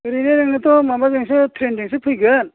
ओरैनो नोङोथ' माबाजोंसो ट्रैनजोंसो फैगोन